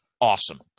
Awesome